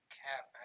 cap